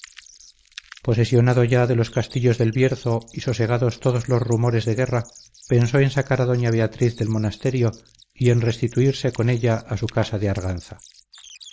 posesionado ya de los castillos del bierzo y sosegados todos los rumores de guerra pensó en sacar a doña beatriz del monasterio y en restituirse con ella a su casa de arganza